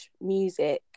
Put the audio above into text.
music